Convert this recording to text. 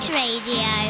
radio